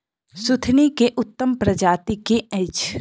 सुथनी केँ उत्तम प्रजाति केँ अछि?